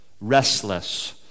restless